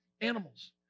animals